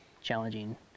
challenging